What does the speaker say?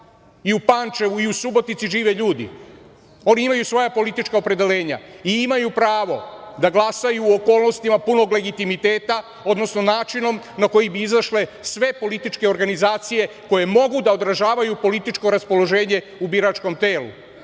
i u Pančevu, i u Subotici žive ljudi. Oni imaju svoja politička opredeljenja i imaju pravo da glasaju o okolnostima punog legitimiteta, odnosno načinom na koji bi izašle sve političke organizacije koje mogu da održavaju političko raspoloženje u biračkom telu.